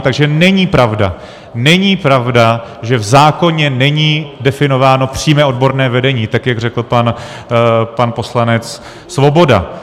Takže není pravda, není pravda, že v zákoně není definováno přímé odborné vedení, tak jak řekl pan poslanec Svoboda.